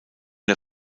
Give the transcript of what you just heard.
der